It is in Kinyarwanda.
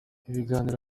ibiganiro